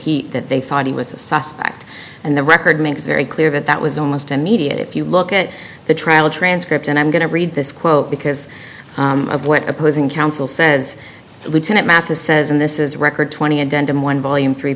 he that they thought he was a suspect and the record makes very clear that that was almost immediate if you look at the trial transcript and i'm going to read this quote because of what opposing counsel says lieutenant mathis says and this is record twenty a dent in one volume three